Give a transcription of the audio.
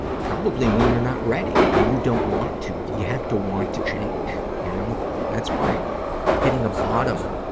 probably when you're not ready, when you don't want to. you have to want to change, you know. and that's why hitting a bottom,